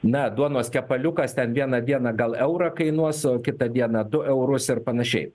na duonos kepaliukas ten vieną dieną gal eurą kainuos o kitą dieną du eurus ir panašiai